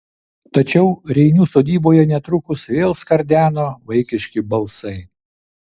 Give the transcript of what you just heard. tačiau reinių sodyboje netrukus vėl skardeno vaikiški balsai